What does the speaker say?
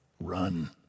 Run